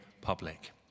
public